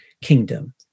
kingdom